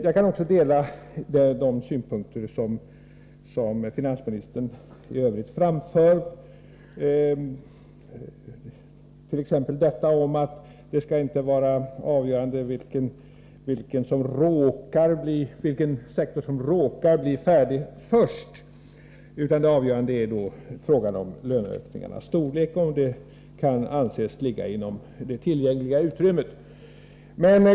Jag kan också dela de synpunkter som finansministern i övrigt framför, t.ex. detta att det inte skall vara avgörande vilken sektor som råkar bli färdig först utan att det avgörande är frågan om löneökningarnas storlek, alltså om dessa kan anses ligga inom det tillgängliga utrymmet.